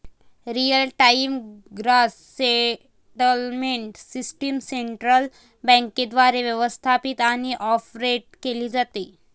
real time gross settlement system central बँकेद्वारे व्यवस्थापित आणि ऑपरेट केली जाते